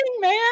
man